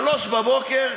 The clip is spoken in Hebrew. שלוש בבוקר,